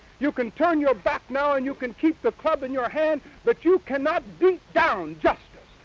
you can turn your back now, and you can keep the club in your hand. but you cannot beat down justice.